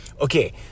Okay